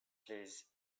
please